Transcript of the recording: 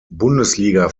bundesliga